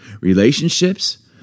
Relationships